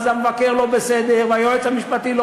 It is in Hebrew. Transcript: אז המבקר לא בסדר והיועץ המשפטי לא